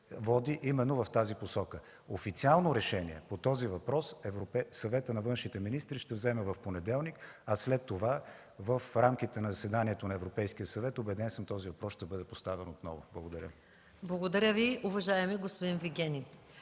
води именно в тази посока. Официално решение по въпроса Съветът на външните министри ще вземе в понеделник, а след това в рамките на заседанието на Европейския съвет, убеден съм, този въпрос ще бъде поставен отново. Благодаря Ви. ПРЕДСЕДАТЕЛ МАЯ МАНОЛОВА: Благодаря Ви, уважаеми господин Вигенин.